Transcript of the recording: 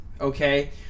okay